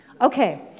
Okay